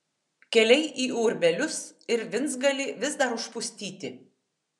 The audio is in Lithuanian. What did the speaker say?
keliai į urbelius ir vincgalį vis dar užpustyti